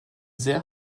sehr